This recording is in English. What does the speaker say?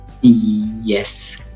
Yes